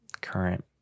current